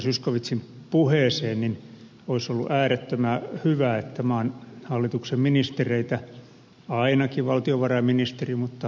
zyskowiczin puheeseen se olisi tehnyt äärettömän hyvää maan hallituksen ministereiden ainakin valtiovarainministerin mutta muittenkin korville